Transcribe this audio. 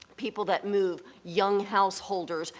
people that move, young householders,